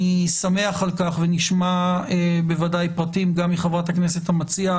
אני שמח על כך ונשמע בוודאי פרטים גם מחברת הכנסת המציעה,